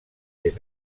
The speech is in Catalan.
des